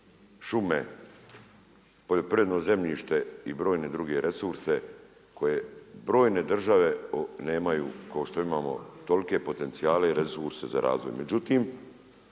šume, poljoprivredno zemljište i brojne druge resurse koje brojne druge države nemaju kao što imamo tolike potencijale i resurse za razvoj. Međutim,